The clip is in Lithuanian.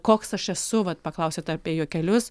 koks aš esu vat paklausėt apie juokelius